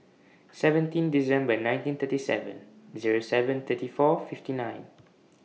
seventeen December nineteen thirty seven Zero seven thirty four fifty nine